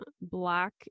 Black